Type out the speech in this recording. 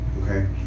okay